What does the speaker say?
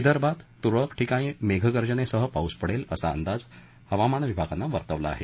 विदर्भात तुरळक ठिकाणी मेघगर्जनेसह पाऊस पडेल असा अंदाज हवामान विभागानं वर्तवला आहे